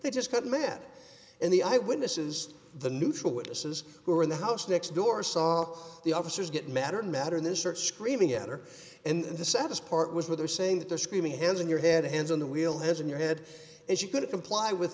they just got mad and the eyewitnesses the neutral witnesses who were in the house next door saw the officers get madder and madder in this search screaming at her and the saddest part was what they're saying that they're screaming has in your head hands on the wheel has in your head as you could comply with